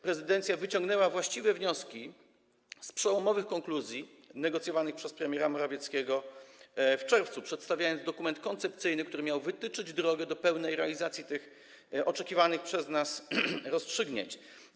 Prezydencja wyciągnęła właściwe wnioski z przełomowych konkluzji negocjowanych przez premiera Morawieckiego, w czerwcu przedstawiając dokument koncepcyjny, który miał wytyczyć drogę do pełnej realizacji tych oczekiwanych przez nas rozstrzygnięć.